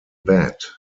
bat